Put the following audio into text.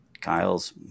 Kyle's